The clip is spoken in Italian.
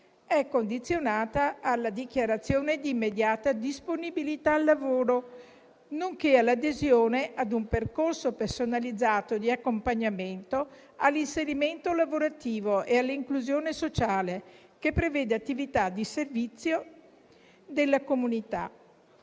è condizionata alla dichiarazione di immediata disponibilità al lavoro, nonché all'adesione ad un percorso personalizzato di accompagnamento, all'inserimento lavorativo e all'inclusione sociale, che prevede attività di servizio della comunità.